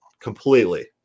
completely